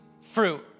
fruit